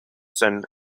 son